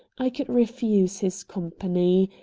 i could refuse his company,